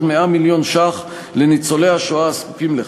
100 מיליון ש"ח לניצולי השואה הזקוקים לכך,